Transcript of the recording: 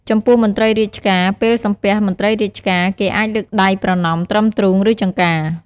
ចំពោះមន្ត្រីរាជការ ពេលសំពះមន្ត្រីរាជការ គេអាចលើកដៃប្រណម្យត្រឹមទ្រូង ឬចង្កា។